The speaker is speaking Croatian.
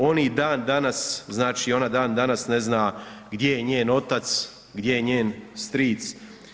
Oni i dan danas, znači ona i dan danas ne zna gdje je njen otac, gdje je njen stric.